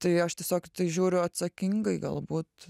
tai aš tiesiog žiūriu atsakingai galbūt